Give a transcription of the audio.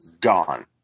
gone